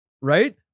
right